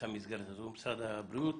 משרד הבריאות?